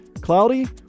Cloudy